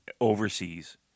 overseas